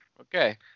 Okay